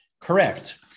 correct